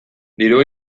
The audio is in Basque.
dirua